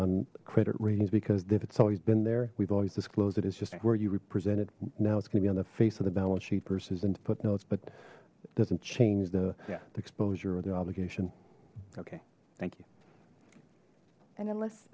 on credit ratings because if it's always been there we've always disclosed it it's just where you represent it now it's gonna be on the face of the balance sheet versus and to put notes but it doesn't change the exposure or the obligation okay thank you and unless